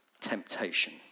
temptation